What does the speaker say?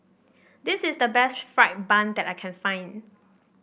this is the best fried bun that I can find